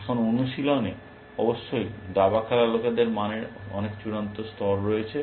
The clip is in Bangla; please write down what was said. এখন অনুশীলনে অবশ্যই দাবা খেলার লোকেদের মানের অনেক চূড়ান্ত স্তর রয়েছে